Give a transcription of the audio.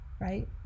Right